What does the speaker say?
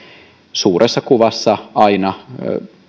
suuressa kuvassa aina